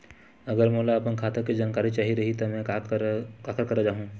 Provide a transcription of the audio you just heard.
अगर मोला अपन खाता के जानकारी चाही रहि त मैं काखर करा जाहु?